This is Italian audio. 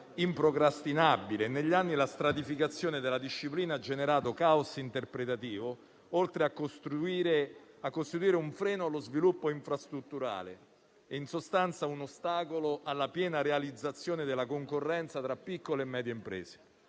improcrastinabile e negli anni la stratificazione della disciplina ha generato caos interpretativo, oltre a costituire un freno allo sviluppo infrastrutturale e, in sostanza, un ostacolo alla piena realizzazione della concorrenza tra piccole e medie imprese.